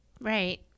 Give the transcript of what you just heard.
Right